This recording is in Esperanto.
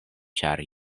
ĉar